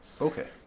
Okay